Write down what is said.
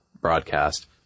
broadcast